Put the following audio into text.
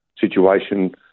situation